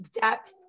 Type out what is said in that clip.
depth